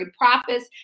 profits